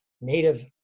Native